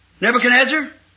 Nebuchadnezzar